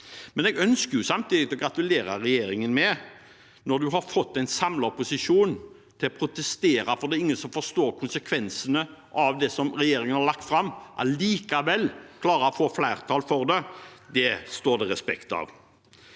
Jeg ønsker samtidig å gratulere regjeringen med – etter å ha fått en samlet opposisjon til å protestere fordi ingen forstår konsekvensene av det regjeringen har lagt fram – allikevel å klare å få flertall for det. Det står det respekt av.